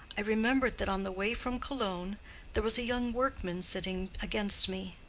i remembered that on the way from cologne there was a young workman sitting against me.